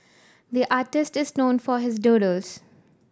the artist is known for his doodles